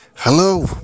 Hello